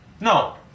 No